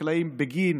לחקלאים בגין